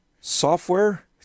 software